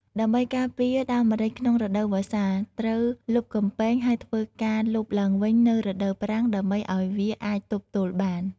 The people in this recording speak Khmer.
ដើម្បីការពារដើមម្រេចក្នុងរដូវវស្សា ត្រូវលប់កំពែងហើយធ្វើការលប់ឡើងវិញនៅរដូវប្រាំងដើម្បីឱ្យវាអាចទប់ទល់បាន។